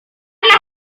las